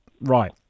Right